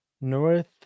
north